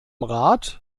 rat